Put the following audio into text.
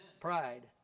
Pride